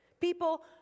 People